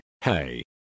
hey